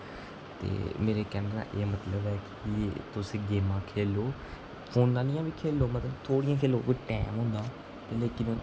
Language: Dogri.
ते मेरे कैहने दा एह् मतलब ऐ कि तुस गेमां खेढो फोने आह्लियां बी खेढो मतलब थोह्ड़ियां खेढो कोई टैम होंदा कि